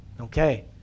Okay